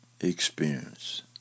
experience